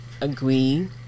agree